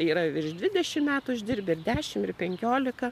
yra virš dvidešimt metų išdirbę ir dešimt ir penkiolika